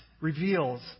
reveals